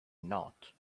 not